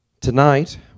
Tonight